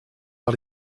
par